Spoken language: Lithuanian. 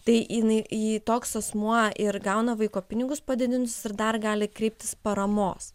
tai jinai jį toks asmuo ir gauna vaiko pinigus padidinus ir dar gali kreiptis paramos